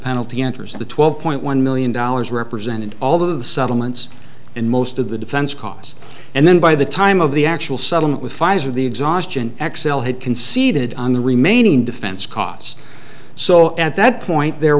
penalty enters the twelve point one million dollars represented although the settlements in most of the defense costs and then by the time of the actual settlement with pfizer the exhaustion x l had conceded on the remaining defense costs so at that point there